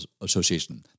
Association